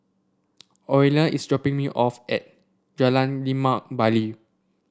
Orilla is dropping me off at Jalan Limau Bali